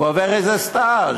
הוא עובר איזה סטאז',